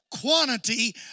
quantity